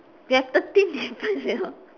we have thirteen difference you know